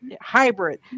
hybrid